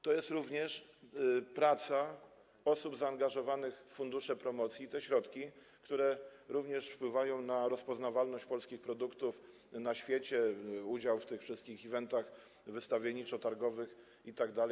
To również praca osób zaangażowanych w fundusze promocji, to te środki, które także wpływają na rozpoznawalność polskich produktów na świecie, to udział w tych wszystkich eventach wystawienniczo-targowych itd.